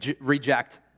reject